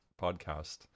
podcast